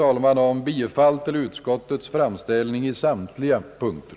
Jag hemställer om bifall till utskottets hemställan i samtliga punkter.